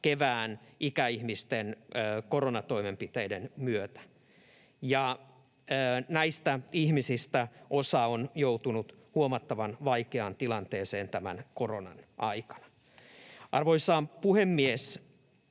kevään koronatoimenpiteiden myötä. Ja näistä ihmisistä osa on joutunut huomattavan vaikeaan tilanteeseen tämän koronan aikana. Arvoisa puhemies!